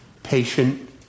patient